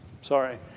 sorry